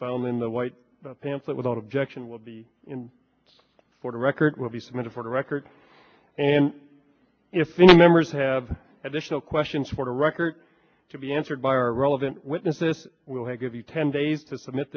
filed in the white pamphlet without objection will be for the record will be submitted for the record and if the members have additional questions for the record to be answered by our relevant witness this will give you ten days to submit